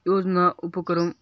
योजना उपक्रम